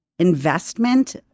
investment